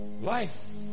life